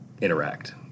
interact